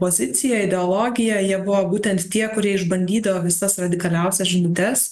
pozicija ideologija jie buvo būtent tie kurie išbandydavo visas radikaliausias žinutes